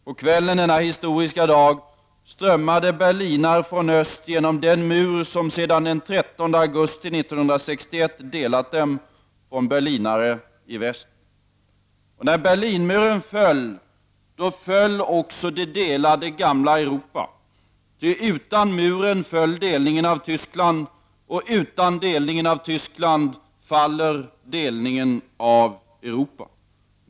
På kvällen denna historiska dag strömmade berlinare från öst genom den mur som sedan den 13 augusti 1961 delat dem från berlinare i väst. När Berlinmuren föll, föll också det delade gamla Europa, ty utan muren föll delningen av Tyskland, och utan delningen av Tyskland faller delningen av Europa.